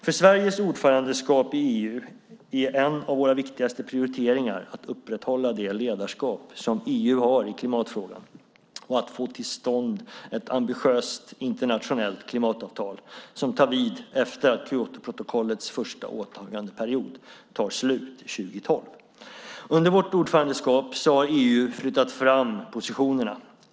För Sveriges ordförandeskap i EU är en av våra viktigaste prioriteringar att upprätthålla det ledarskap som EU har i klimatfrågan och att få till stånd ett ambitiöst internationellt klimatavtal som tar vid efter att Kyotoprotokollets första åtagandeperiod tar slut 2012. Under vårt ordförandeskap har EU flyttat fram positionerna.